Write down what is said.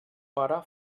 pare